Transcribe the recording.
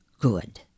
good